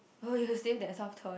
oh you'll save that soft toy